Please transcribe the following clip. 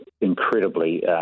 incredibly